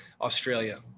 Australia